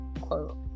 quote